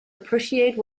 appreciate